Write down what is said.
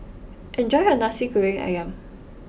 enjoy your Nasi Goreng Ayam